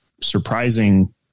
surprising